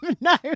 No